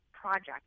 project